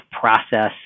process